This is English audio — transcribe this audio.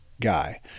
guy